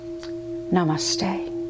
Namaste